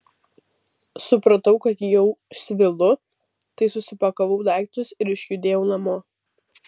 supratau kad jau svylu tai susipakavau daiktus ir išjudėjau namo